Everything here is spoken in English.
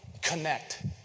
connect